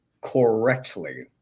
correctly